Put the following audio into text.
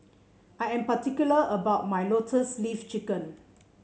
I am particular about my Lotus Leaf Chicken